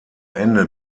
ende